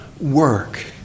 work